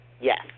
Yes